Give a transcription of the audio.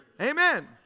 Amen